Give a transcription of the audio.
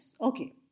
okay